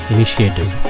Initiative